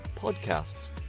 podcasts